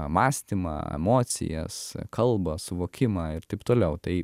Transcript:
mąstymą emocijas kalbą suvokimą ir taip toliau tai